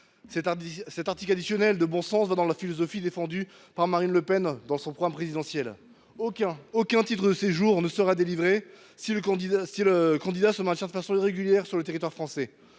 un article additionnel de bon sens s’inscrit dans la philosophie défendue par Marine Le Pen dans son programme présidentiel : aucun titre de séjour ne doit être délivré si le demandeur se maintient de manière illégale sur le territoire français.